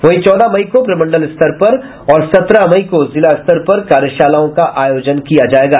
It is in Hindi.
वहीं चौदह मई को प्रमंडल स्तर पर और सत्रह मई को जिला स्तर पर कार्यशालाओं का आयोजन किया जायेगा